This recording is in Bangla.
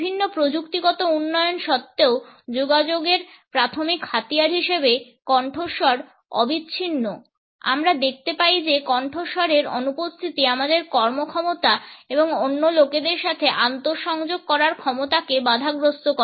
বিভিন্ন প্রযুক্তিগত উন্নয়ন সত্ত্বেও যোগাযোগের প্রাথমিক হাতিয়ার হিসাবে কণ্ঠস্বর অবিচ্ছিন্ন আমরা দেখতে পাই যে কণ্ঠস্বরের অনুপস্থিতি আমাদের কর্মক্ষমতা এবং অন্য লোকেদের সাথে আন্তঃসংযোগ করার ক্ষমতাকে বাধাগ্রস্ত করে